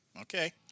okay